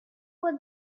what